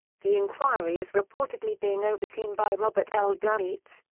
the inquiry is reportedly being overseen by robert l. deitz,